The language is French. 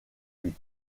buts